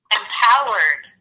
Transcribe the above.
empowered